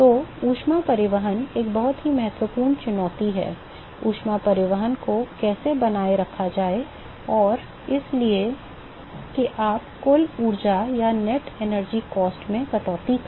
तो ऊष्मा परिवहन एक बहुत ही महत्वपूर्ण चुनौती है ऊष्मा परिवहन को कैसे बनाए रखा जाए और इसलिए कि आप कुल ऊर्जा लागत में कटौती करें